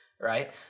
right